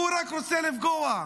הוא רק רוצה לפגוע.